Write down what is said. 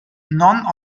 none